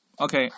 Okay